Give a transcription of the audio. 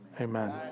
Amen